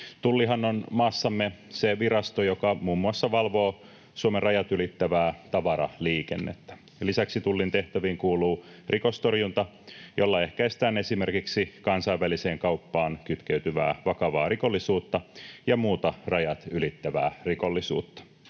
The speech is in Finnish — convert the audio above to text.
Tullihan on maassamme se virasto, joka muun muassa valvoo Suomen rajat ylittävää tavaraliikennettä. Lisäksi Tullin tehtäviin kuuluu rikostorjunta, jolla ehkäistään esimerkiksi kansainväliseen kauppaan kytkeytyvää vakavaa rikollisuutta ja muuta rajat ylittävää rikollisuutta.